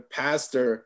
pastor